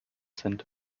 sind